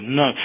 no